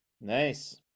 nice